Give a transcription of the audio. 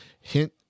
hint